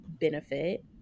benefit